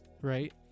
right